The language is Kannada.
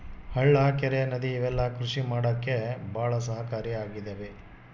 ಹಳ್ಳ ಕೆರೆ ನದಿ ಇವೆಲ್ಲ ಕೃಷಿ ಮಾಡಕ್ಕೆ ಭಾಳ ಸಹಾಯಕಾರಿ ಆಗಿದವೆ